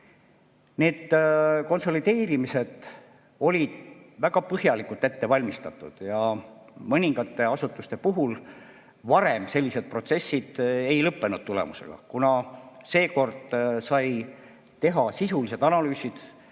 Need konsolideerimised olid väga põhjalikult ette valmistatud ja mõningate asutuste puhul varem sellised protsessid ei lõppenud tulemusega. Seekord sai teha sisulised analüüsid,